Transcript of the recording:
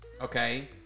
okay